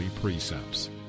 precepts